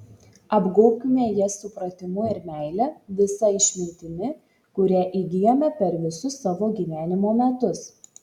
apgaubkime jas supratimu ir meile visa išmintimi kurią įgijome per visus savo gyvenimo metus